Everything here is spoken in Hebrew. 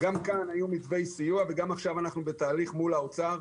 גם כאן היו מתווי סיוע וגם עכשיו אנחנו בתהליך מול האוצר.